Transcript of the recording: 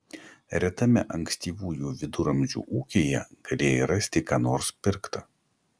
retame ankstyvųjų viduramžių ūkyje galėjai rasti ką nors pirkta